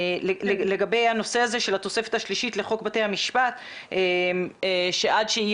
לגבי הנושא של התוספת השלישית לחוק בגתי המשפט שעד שלא